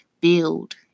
build